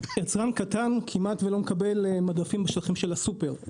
כמעט ולא מקבל מדפים בתחום הסופר.